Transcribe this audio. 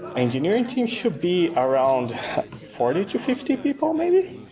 engineering team should be around forty to fifty people maybe?